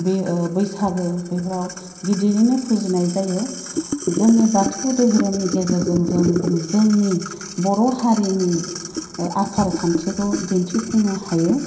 बे बैसागो बेफोराव गिदिरैनो फुजिनाय जायो जोंनि बाथौ दोहोरोमनि गेजेरजों जों जोंनि बर' हारिनि आसारखान्थिखौ दिन्थिफुंनो हायो